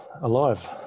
alive